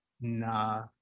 nah